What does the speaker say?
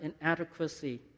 inadequacy